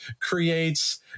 creates